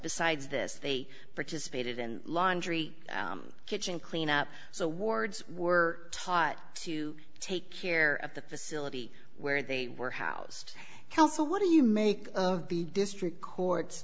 besides this they participated in laundry kitchen cleanup so wards were taught to take care of the facility where they were housed kelso what do you make of the district co